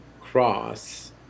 cross